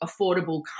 affordable